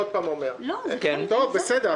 בסדר,